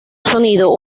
sonido